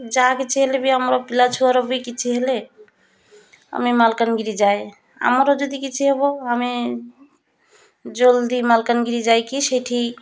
ଯାହା କିଛି ହେଲେ ବି ଆମର ପିଲାଛୁଆର ବି କିଛି ହେଲେ ଆମେ ମାଲକାନଗିରି ଯାଏ ଆମର ଯଦି କିଛି ହେବ ଆମେ ଜଲ୍ଦି ମାଲକାନଗିରି ଯାଇକି ସେଠି